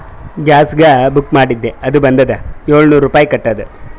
ಗ್ಯಾಸ್ಗ book ಮಾಡಿದ್ದೆ ಅದು ಬಂದುದ ಏಳ್ನೂರ್ ರುಪಾಯಿ ಕಟ್ಟುದ್